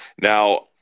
Now